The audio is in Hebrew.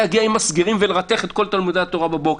להגיע עם מסגרים ולרתך את כל תלמודי התורה בבוקר,